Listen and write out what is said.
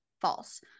false